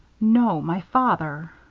no. my father.